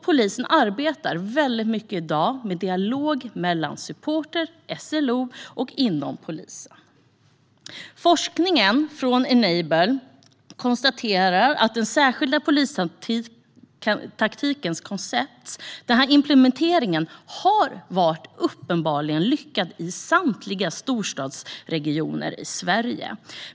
Polisen arbetar i dag mycket med dialog med supportrar och SLO:er och inom polisen. I Enables forskning konstateras att implementeringen av den särskilda polistaktikens koncept har varit lyckad i samtliga storstadsregioner i Sverige.